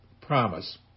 promise